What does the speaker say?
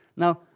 now,